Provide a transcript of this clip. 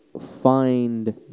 find